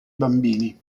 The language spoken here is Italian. bambini